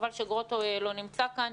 חבל שגרוטו לא נמצא כאן,